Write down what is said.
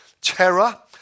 Terror